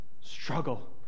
Struggle